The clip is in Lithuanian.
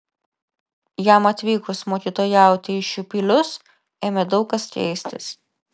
jam atvykus mokytojauti į šiupylius ėmė daug kas keistis